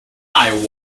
eye